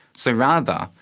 so rather,